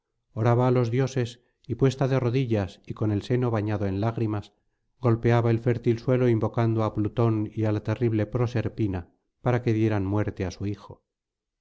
oraba á los dioses y puesta de rodillas y con el seno bañado en lágrimas golpeaba el fértil suelo invocando á plutón y á la terrible proserpina para que dieran muerte á su hijo